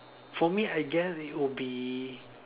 for me I guess it would be